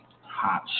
hot